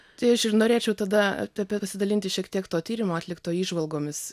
tai aš ir norėčiau tada pasidalinti šiek tiek to tyrimo atlikto įžvalgomis